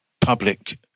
public